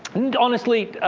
and honestly,